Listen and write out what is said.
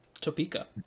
topeka